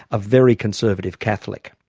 a very conservative catholic.